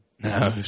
No